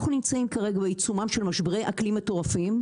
אנחנו נמצאים כרגע בעיצומם של משברי אקלים מטורפים,